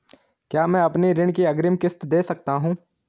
क्या मैं अपनी ऋण की अग्रिम किश्त दें सकता हूँ?